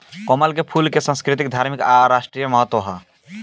कमल के फूल के संस्कृतिक, धार्मिक आ राष्ट्रीय महत्व ह